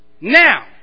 Now